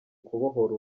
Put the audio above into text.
kubohora